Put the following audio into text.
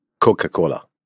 Coca-Cola